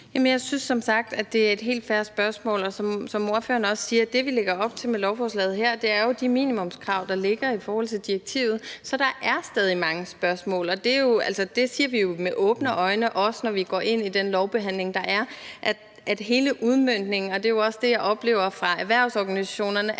Jamen jeg synes som sagt, at det er et helt fair spørgsmål, og som ordføreren også siger, er det, vi lægger op til med lovforslaget her, jo de minimumskrav, der ligger i forhold til direktivet. Så der er stadig mange spørgsmål, og det siger vi jo med åbne øjne, også når vi går ind i den lovbehandling, der er. Altså, det gælder hele udmøntningen, og det er jo også det, jeg oplever fra erhvervsorganisationerne